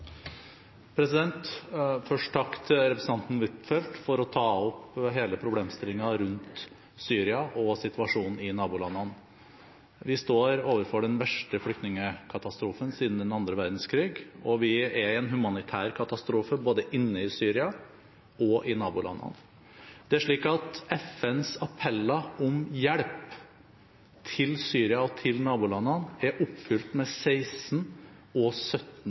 Først takk til representanten Huitfeldt for å ta opp hele problemstillingen rundt Syria og situasjonen i nabolandene. Vi står overfor den verste flyktningkatastrofen siden den annen verdenskrig, og det er en humanitær katastrofe både inne i Syria og i nabolandene. Det er slik at FNs appeller om hjelp til Syria og til nabolandene er oppfylt med 16 pst. og 17